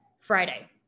Friday